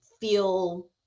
feel